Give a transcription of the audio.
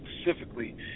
specifically